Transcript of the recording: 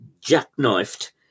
jackknifed